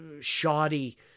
shoddy